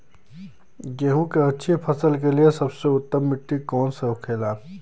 गेहूँ की अच्छी फसल के लिए सबसे उत्तम मिट्टी कौन होखे ला?